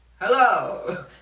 Hello